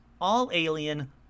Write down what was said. all-alien